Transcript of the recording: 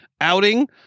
outing